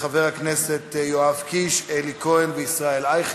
אני מוסיף את חבר הכנסת טלב אבו עראר.